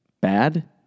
bad